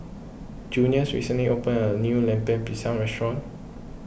Junius recently opened a new Lemper Pisang Restaurant